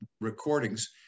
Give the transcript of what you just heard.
recordings